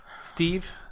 Steve